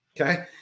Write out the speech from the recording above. Okay